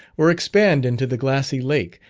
or expand into the glassy lake,